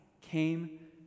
came